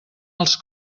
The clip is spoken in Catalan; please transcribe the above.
els